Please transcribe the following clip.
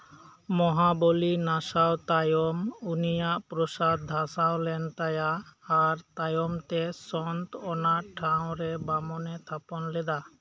ᱢᱚᱦᱟᱵᱚᱞᱤ ᱱᱟᱥᱟᱣ ᱛᱟᱭᱚᱢ ᱩᱱᱤᱭᱟᱜ ᱯᱨᱚᱥᱟᱫ ᱫᱷᱟᱥᱟᱣ ᱞᱮᱱ ᱛᱟᱭᱟ ᱟᱨ ᱛᱟᱭᱚᱢ ᱛᱮ ᱥᱚᱱᱛ ᱚᱱᱟ ᱴᱷᱟᱶ ᱨᱮ ᱵᱟᱢᱱᱮ ᱛᱷᱟᱯᱚᱱ ᱞᱮᱫᱟ